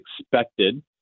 expected